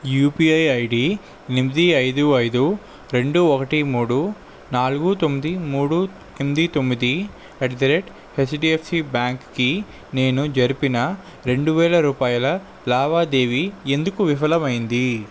UPI ID ఎనిమిది ఐదు ఐదు రెండు ఒకటి మూడు నాలుగు తొమ్మిది మూడు ఎనిమిది తొమ్మిది ఎట్ ద రేట్ హెచ్డిఫ్సి బ్యాంక్కి నేను జరిపిన రెండువేల రూపాయల లావాదేవీ ఎందుకు విఫలం అయ్యింది